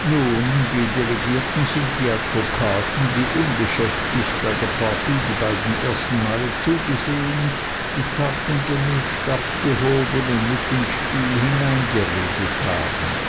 nun die delegierten sind die advokaten die unbeschäftigt bei der partie die beiden ersten male zugesehen die karten gemischt abgehoben und mit ins spiel hineingeredet haben